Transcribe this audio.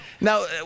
Now